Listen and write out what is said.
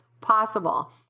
possible